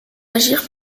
agir